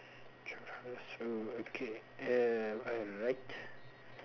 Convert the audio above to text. oh okay um alright